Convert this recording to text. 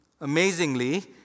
Amazingly